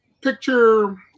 Picture